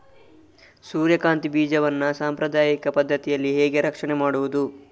ಸೂರ್ಯಕಾಂತಿ ಬೀಜವನ್ನ ಸಾಂಪ್ರದಾಯಿಕ ಪದ್ಧತಿಯಲ್ಲಿ ಹೇಗೆ ರಕ್ಷಣೆ ಮಾಡುವುದು